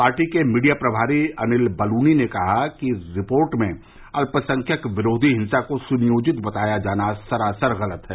party के media प्रमारी अनिल बलूनी ने कहा कि रिपोर्ट में अल्पसंख्यक विरोधी हिंसा को सनियोजित बताया जाना सरासर गलत है